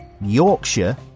Yorkshire